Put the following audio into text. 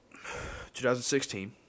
2016